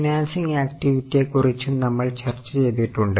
financing ആക്റ്റിവിറ്റിയെ കുറിച്ചും നമ്മൾ ചർച്ച ചെയ്തിട്ടുണ്ട്